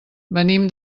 venim